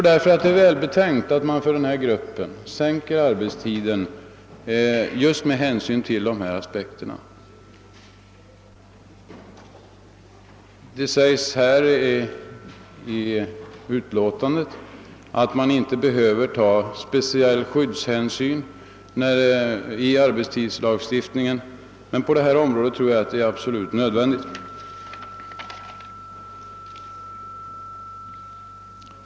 Det är just med hänsyn till dessa aspekter välbetänkt att sänka arbetstiden för denna grupp: Det sägs i utlåtandet att man inte behöver ta speciell skyddshänsyn vid utformandet av arbetstidslagstiftningen, men på detta område tror jag det är absolut nödvändigt.